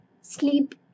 sleep